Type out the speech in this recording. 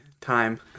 time